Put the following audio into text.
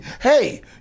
Hey